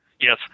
Yes